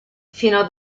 fino